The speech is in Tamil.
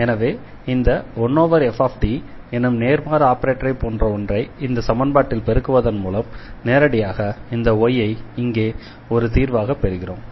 எனவே இந்த 1fD எனும் நேர்மாறு ஆபரேட்டரைப் போன்ற ஒன்றை இந்த சமன்பாட்டில் பெருக்குவதன் மூலம் நேரடியாக இந்த y ஐ இங்கே ஒரு தீர்வாக பெறுகிறோம்